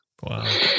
Wow